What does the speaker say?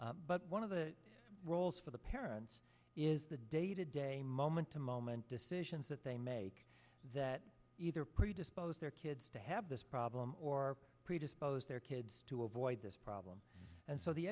chipper but one of the roles for the parents is the day to day moment to moment decisions that they make that either predispose they're kids to have this problem or predispose their kids to avoid this problem and so the